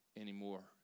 anymore